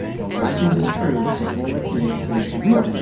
the legend is true, the bullet ant is real.